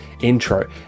intro